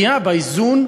היהודיות,